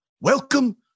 welcome